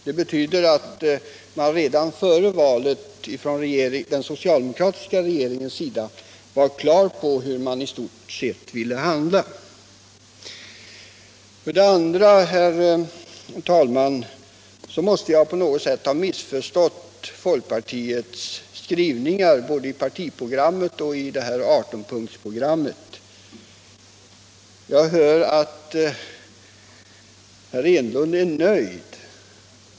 Det betyder att den socialdemokratiska regeringen redan före valet i stort sett var på det klara med hur den ville handla. För det tredje måste jag, herr talman, på något sätt ha missförstått folkpartiets skrivningar både i partiprogrammet och i 18-punktsprogrammet. Jag hör att herr Enlund är nöjd.